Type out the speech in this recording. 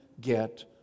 get